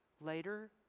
later